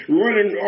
running